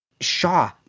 Shaw